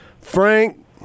Frank